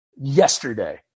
yesterday